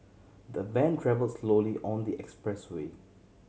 the van travel slowly on the expressway